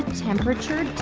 temperature